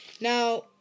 now